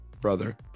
brother